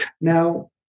Now